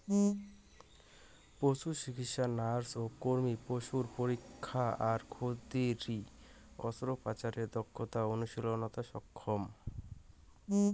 পশুচিকিৎসা nurse ও কর্মী পশুর পরীক্ষা আর ক্ষুদিরী অস্ত্রোপচারের দক্ষতা অনুশীলনত সক্ষম